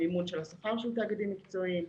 המימון של השכר של תאגידים מקצועיים,